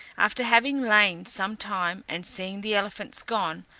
after having lain some time, and seeing the elephants gone,